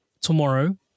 tomorrow